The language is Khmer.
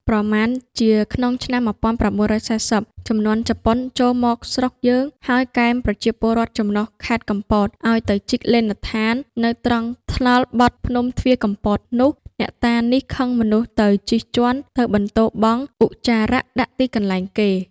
ប្រមាណជាក្នុងឆ្នាំ ១៩៤០ ជំនាន់ជប៉ុនចូលមកស្រុកយើង ហើយកេណ្ឌប្រជាពលរដ្ឋចំណុះខែត្រកំពត ឲ្យទៅជីកលេណដ្ឋាន នៅត្រង់ថ្នល់បត់ភ្នំទ្វារកំពតនោះ អ្នកតានេះខឹងមនុស្សទៅជិះជាន់ ទៅបន្ទោរបង់ឧច្ចារដាក់ទីកន្លែងគេ